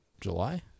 july